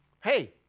hey